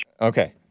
Okay